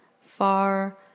far